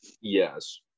Yes